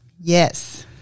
Yes